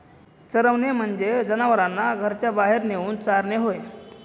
चरवणे म्हणजे जनावरांना घराच्या बाहेर नेऊन चारणे होय